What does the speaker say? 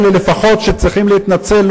לפחות מאלה שצריכים להתנצל,